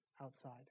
outside